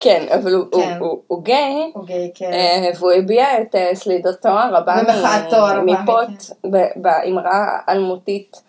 כן, אבל הוא גיי, והוא הביע את סלידותו הרבה מפות באימרה האלמותית